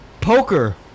poker